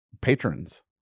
patrons